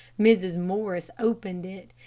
mrs. morris opened it,